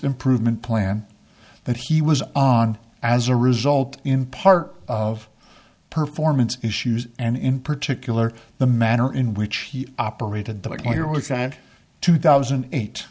improvement plan that he was on as a result in part of performance issues and in particular the manner in which he operated that that two thousand and eight